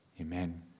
amen